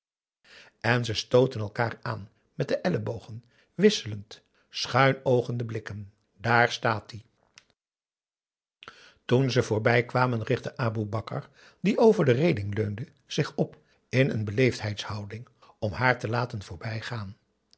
en ze stootten elkaar aan met de ellebogen wisselend schuinoogende blikken daar staat ie toen ze voorbijkwamen richtte aboe bakar die over de reeling leunde zich op in een